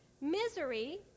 misery